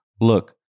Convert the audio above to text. look